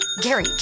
gary